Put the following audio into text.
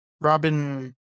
Robin